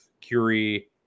Curie